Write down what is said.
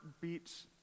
beats